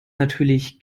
natürlich